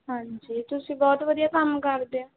ਹਾਂਜੀ ਤੁਸੀਂ ਬਹੁਤ ਵਧੀਆ ਕੰਮ ਕਰਦੇ ਹੋ